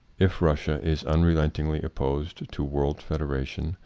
if russia is unrelentingly opposed to world federation,